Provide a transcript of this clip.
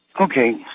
Okay